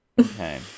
Okay